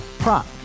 Prop